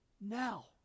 now